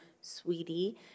sweetie